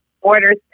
orders